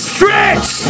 Stretch